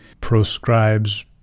proscribes